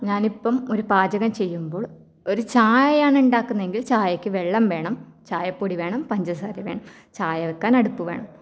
ഞാനിപ്പം ഒരു പാചകം ചെയ്യുമ്പോൾ ഒരു ചായയാണ് ഉണ്ടാക്കുന്നതെങ്കിൽ ചായയ്ക്ക് വെള്ളം വേണം ചായപ്പൊടി വേണം പഞ്ചസാര വേണം ചായ വയ്ക്കാൻ അടുപ്പ് വേണം